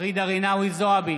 ג'ידא רינאוי זועבי,